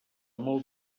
molt